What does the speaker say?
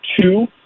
two